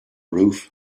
roof